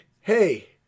hey